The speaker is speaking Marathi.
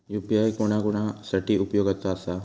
यू.पी.आय कोणा कोणा साठी उपयोगाचा आसा?